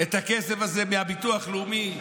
את הכסף הזה מהביטוח הלאומי,